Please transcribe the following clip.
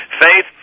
Faith